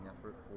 effort